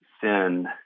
sin